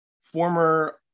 former